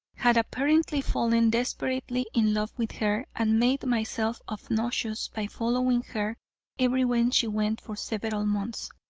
had apparently fallen desperately in love with her, and made myself obnoxious by following her everywhere she went for several months.